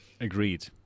agreed